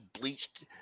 bleached